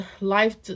life